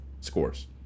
scores